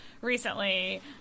recently